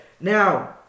Now